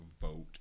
vote